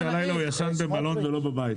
נראה לי שהלילה הוא ישן במלון ולא בבית.